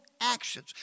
actions